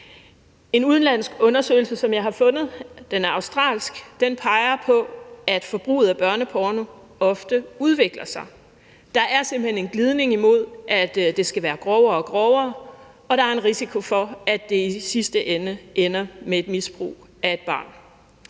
– den er australsk – peger på, at forbruget af børneporno ofte udvikler sig. Der er simpelt hen en glidning hen imod, at det skal være grovere og grovere, og der er en risiko for, at det i sidste ende ender med et misbrug af et barn.